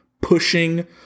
pushing